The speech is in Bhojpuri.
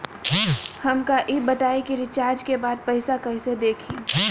हमका ई बताई कि रिचार्ज के बाद पइसा कईसे देखी?